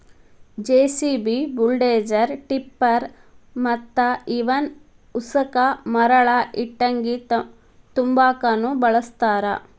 JCB, bulldozer, tipper ಮತ್ತ ಇವನ್ ಉಸಕ ಮರಳ ಇಟ್ಟಂಗಿ ತುಂಬಾಕುನು ಬಳಸ್ತಾರ